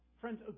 Friends